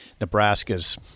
Nebraska's